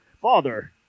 Father